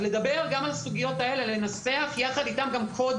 יש לדבר גם על הסוגיות האלה ולנסח יחד איתם קוד